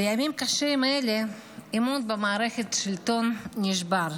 בימים קשים אלה האמון במערכת השלטון נשבר,